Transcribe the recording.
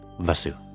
Vasu